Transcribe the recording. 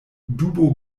dubo